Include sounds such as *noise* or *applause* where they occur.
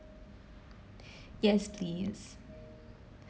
*breath* yes please